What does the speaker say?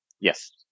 Yes